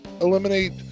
eliminate